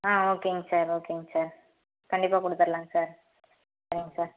ஆ ஓகேங்க சார் ஓகேங்க சார் கண்டிப்பாக கொடுத்துட்லாங்க சார் சரிங்க சார்